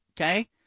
okay